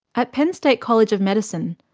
at penn state college of medicine,